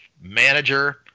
manager